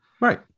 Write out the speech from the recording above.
Right